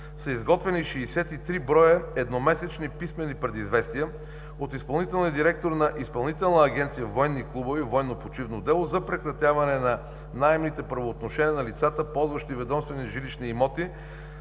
са изготвени 63 броя едномесечни писмени предизвестия от изпълнителния директор на Изпълнителна агенция „Военни клубове и военно почивно дело“ за прекратяване на наемните правоотношения на лицата ползващи ведомствени жилищни имоти